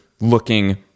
looking